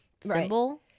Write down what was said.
symbol